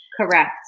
Correct